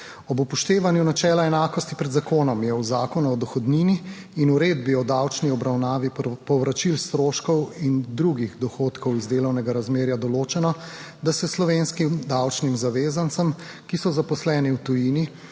Ob upoštevanju načela enakosti pred zakonom je v Zakonu o dohodnini in uredbi o davčni obravnavi povračil stroškov in drugih dohodkov iz delovnega razmerja določeno, da se slovenskim davčnim zavezancem, ki so zaposleni v tujini,